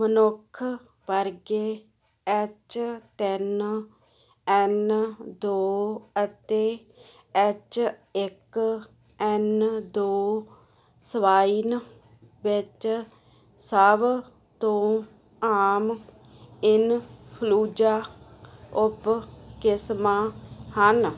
ਮਨੁੱਖ ਵਰਗੇ ਐੱਚ ਤਿੰਨ ਐੱਨ ਦੋ ਅਤੇ ਐੱਚ ਇੱਕ ਐੱਨ ਦੋ ਸਵਾਈਨ ਵਿੱਚ ਸਭ ਤੋਂ ਆਮ ਇੰਨਫਲੂਜਾ ਉਪ ਕਿਸਮਾਂ ਹਨ